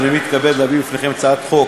אני מתכבד להביא בפניכם את הצעת חוק